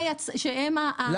שהם הגופים --- שמעת,